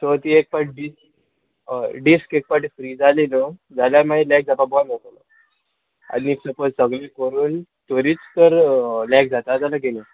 so ती एक पाट डिस्क हय डिस्क एक पाटी फ्री जाली न्हू जाल्यार मागीर लॅक जावपा बोंद जातलो आनी सपोज सगळे करून तोरीच तोर लॅक जाता जाल्या घेवून यो